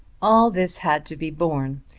all this had to be borne,